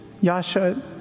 Yasha